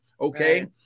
Okay